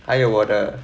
还有我的